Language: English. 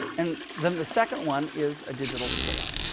and then the second one is a digital scale.